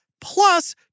plus